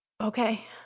Okay